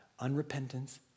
unrepentance